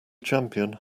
champion